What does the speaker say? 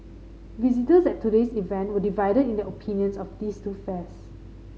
visitors at today's event were divided in their opinions of these two fairs